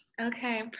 okay